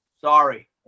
Sorry